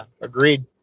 agreed